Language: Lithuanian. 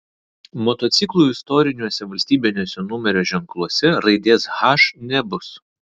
motociklų istoriniuose valstybiniuose numerio ženkluose raidės h nebus